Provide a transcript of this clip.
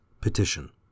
Petition